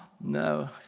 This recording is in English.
no